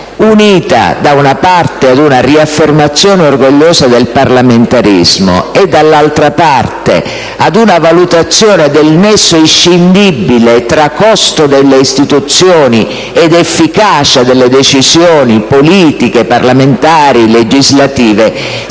unito, da una parte, ad una riaffermazione orgogliosa del parlamentarismo e, dall'altra parte, ad una valutazione del nesso inscindibile tra costo delle istituzioni ed efficacia delle decisioni politiche, parlamentari, legislative;